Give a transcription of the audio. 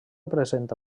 presenta